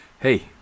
hey